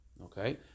Okay